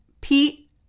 Pete